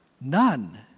None